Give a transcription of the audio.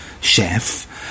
chef